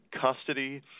custody